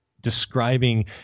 describing